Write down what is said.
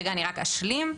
אני אשלים.